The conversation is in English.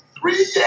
Three